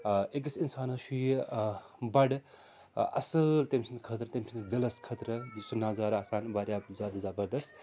آ أکِس اِنسانَس چھُ یہِ آ بَڈٕ اَصٕل تٔمۍ سٕنٛدِ خٲطرٕ تٔمۍ سٕنٛدِس دِلَس خٲطرٕ یُس سُہ نظارٕ آسان واریاہ زیادٕ زَبردست